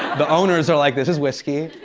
the owners are like, this is whiskey.